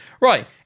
right